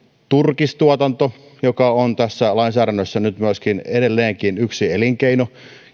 turkistuotanto joka on tässä lainsäädännössä edelleenkin yksi elinkeino